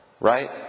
Right